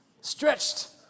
stretched